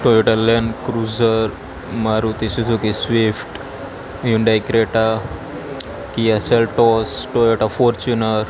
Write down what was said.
Toyota land cruiser Maruti Suzuki Swift Hyundai Creta Kia Seltos Toyota Fortuner